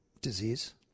disease